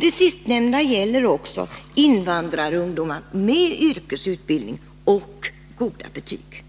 Det sistnämnda gäller också invandrarungdomar med yrkesutbildning och goda betyg.